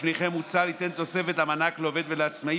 צו